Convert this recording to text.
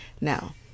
Now